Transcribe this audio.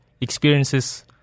experiences